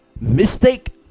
mistake